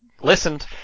listened